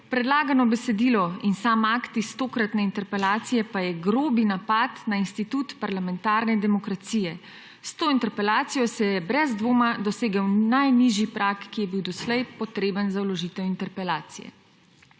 Predlagano besedilo in sam akt iz tokratne interpelacije pa je grob napad na institut parlamentarne demokracije. S to interpelacijo se je brez dvoma dosegel najnižji prag, ki je bil doslej potreben za vložitev interpelacije.«